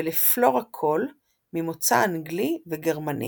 ולפלורה קול, ממוצא אנגלי וגרמני.